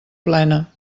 plena